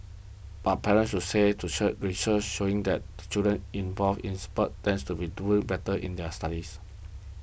but parents would say to church research showing that children involved in sports tends to be do better in their studies